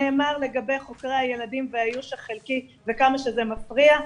נאמר לגבי חוקרי הילדים והאיוש החלקי וכמה שזה מפריע.